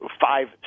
five